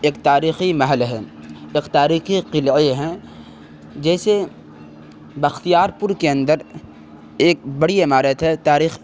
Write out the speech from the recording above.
ایک تاریخی محل ہے ایک تاریخی قلعے ہیں جیسے بختیارپور کے اندر ایک بڑی عمارت ہے تاریخ